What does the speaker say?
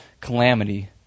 calamity